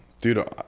dude